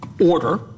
order